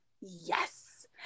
yes